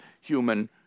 human